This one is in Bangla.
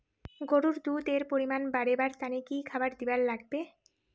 গরুর দুধ এর পরিমাণ বারেবার তানে কি খাবার দিবার লাগবে?